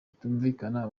kitumvikana